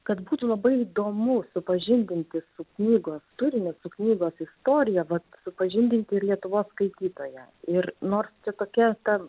kad būtų labai įdomu supažindinti su knygos turiniu su knygos istorija vat supažindinti ir lietuvos skaitytoją ir nors tokia ta